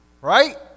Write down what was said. Right